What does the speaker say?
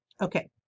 Okay